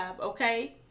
okay